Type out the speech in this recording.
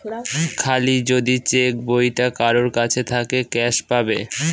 খালি যদি চেক বইটা কারোর কাছে থাকে ক্যাস পাবে